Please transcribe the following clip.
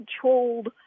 controlled